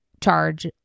charge